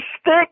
stick